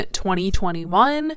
2021